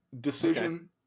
Decision